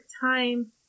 time